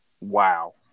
Wow